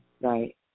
Right